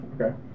Okay